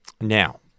Now